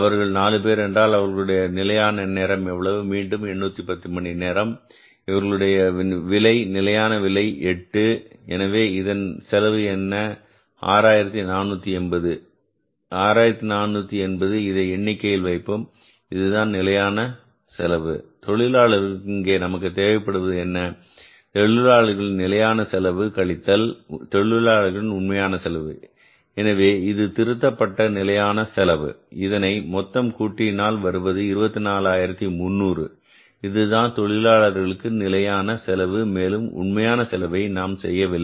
அவர்கள் 4 பேர் என்றால் அவர்களுடைய நிலையான நேரம் எவ்வளவு மீண்டும் இது 810 மணி நேரம் இவர்களுடைய விலை நிலையான விலை 8 எனவே இதன் செலவு என்ன 6480 6480 இதை எண்ணிக்கையில் வைப்போம் இதுதான் நிலையான செலவு தொழிலாளர்களுக்கு இங்கே நமக்கு தேவைப்படுவது என்ன தொழிலாளர்களின் நிலையான செலவு கழித்தல் தொழிலாளர்களின் உண்மையான செலவு எனவே இது திருத்தப்பட்ட நிலையான செலவு இதனை மொத்தம் கூட்டினால் வருவது 24300 இதுதான் தொழிலாளர்களுக்கு நிலையான செலவு மேலும் உண்மையான செலவை நாம் செய்யவில்லை